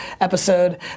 episode